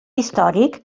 històric